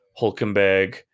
Hulkenberg